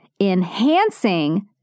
enhancing